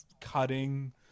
cutting